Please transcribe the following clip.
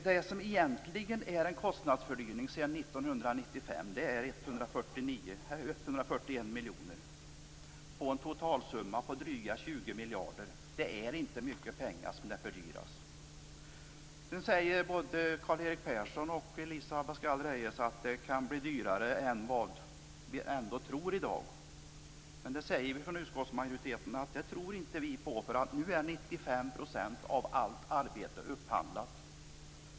Det som egentligen är en kostnadsfördyring sedan 1995 är 141 miljoner av en totalsumma på dryga 20 miljarder. Det är inte mycket pengar i fördyring. Sedan säger både Karl-Erik Persson och Elisa Abascal Reyes att det kan bli dyrare än vad vi tror i dag. Men det tror inte utskottsmajoriteten. Nu är 95 % av allt arbete upphandlat.